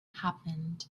happened